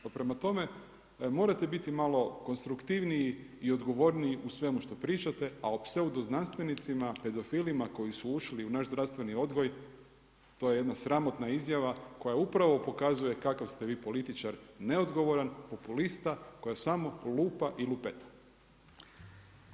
Prema tome, morate biti malo konstruktivniji i odgovorniji u svemu što pričate, a o pseudoznanstvenicima, pedofilima koji su ušli u naš zdravstveni odgoj to je jedna sramotna izjava koja upravo pokazuje kakav ste vi političar neodgovoran, populista koji samo lupa i lupeta.